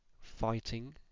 fighting